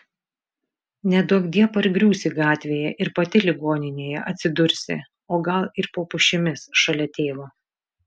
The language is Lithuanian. neduokdie pargriūsi gatvėje ir pati ligoninėje atsidursi o gal ir po pušimis šalia tėvo